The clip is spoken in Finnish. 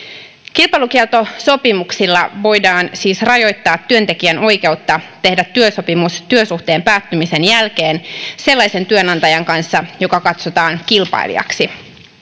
kilpailukieltosopimuksilla voidaan siis rajoittaa työntekijän oikeutta tehdä työsopimus työsuhteen päättymisen jälkeen sellaisen työnantajan kanssa joka katsotaan kilpailijaksi